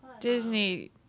Disney